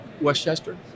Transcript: westchester